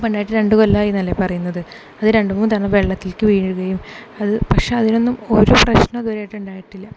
ഇപ്പോൾ ഉണ്ടായിട്ട് രണ്ടു കൊല്ലമായി എന്നല്ലേ പറയുന്നത് അതു രണ്ടുമൂന്നു തവണ വെള്ളത്തിലേക്കു വീഴുകയും അതു പക്ഷേ അതിനൊന്നും ഒരു പ്രശ്നവും ഇതുവരെ ആയിട്ട് ഉണ്ടായിട്ടില്ല